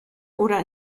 oder